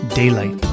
daylight